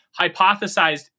hypothesized